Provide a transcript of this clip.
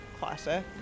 classic